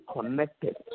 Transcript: connected